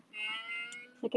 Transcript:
then